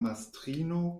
mastrino